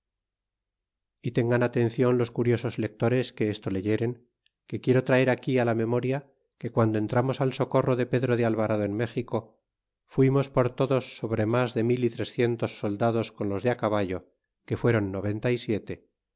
y tengan atencion los curiosos lectores que esto leyeren que quiero traer aquí la memoria que piando entramos al socorro de pedro de alvarado en méxico fuimos por todos sobre mas de mil y trecientps soldados con los de caballo que faaéron noventa y siete